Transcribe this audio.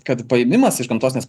kad paėmimas iš gamtos nes